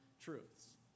truths